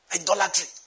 Idolatry